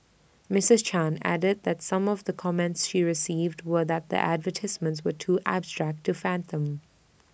Mrs chan added that some of the comments she received were that the advertisements were too abstract to fathom